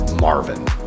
Marvin